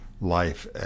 life